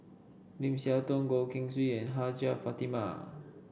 Lim Siah Tong Goh Keng Swee and Hajjah Fatimah